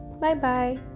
Bye-bye